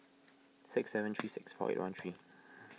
six seven three six four eight one three